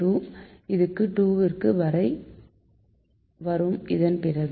2 இது 2க்கு வரை வரும் இதன் பிறகு